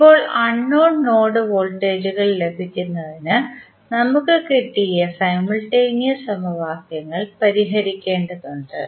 ഇപ്പോൾ unknown node വോൾട്ടേജുകൾ ലഭിക്കുന്നതിന് നമ്മുക് കിട്ടിയ സൈമുൾടെനിയാസ് സമവാക്യങ്ങൾ പരിഹരിക്കേണ്ടതുണ്ട്